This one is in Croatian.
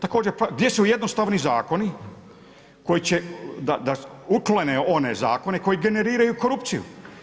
Također, gdje su jednostavni zakoni da uklone one zakone koji generiraju korupciju?